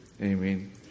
Amen